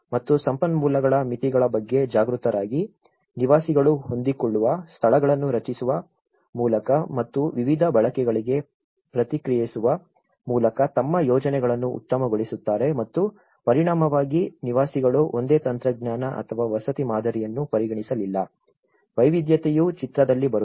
ಮತ್ತು ಸಂಪನ್ಮೂಲಗಳ ಮಿತಿಗಳ ಬಗ್ಗೆ ಜಾಗೃತರಾಗಿ ನಿವಾಸಿಗಳು ಹೊಂದಿಕೊಳ್ಳುವ ಸ್ಥಳಗಳನ್ನು ರಚಿಸುವ ಮೂಲಕ ಮತ್ತು ವಿವಿಧ ಬಳಕೆಗಳಿಗೆ ಪ್ರತಿಕ್ರಿಯಿಸುವ ಮೂಲಕ ತಮ್ಮ ಯೋಜನೆಗಳನ್ನು ಉತ್ತಮಗೊಳಿಸುತ್ತಾರೆ ಮತ್ತು ಪರಿಣಾಮವಾಗಿ ನಿವಾಸಿಗಳು ಒಂದೇ ತಂತ್ರಜ್ಞಾನ ಅಥವಾ ವಸತಿ ಮಾದರಿಯನ್ನು ಪರಿಗಣಿಸಲಿಲ್ಲ ವೈವಿಧ್ಯತೆಯು ಚಿತ್ರದಲ್ಲಿ ಬರುತ್ತದೆ